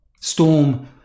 storm